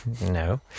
No